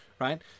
right